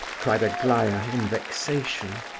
cried aglaya, in vexation.